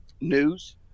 news